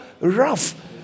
rough